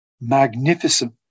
magnificent